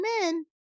men